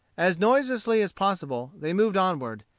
as noiselessly as possible, they moved onward,